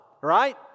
right